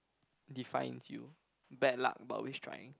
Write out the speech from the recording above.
defines you bad luck but always trying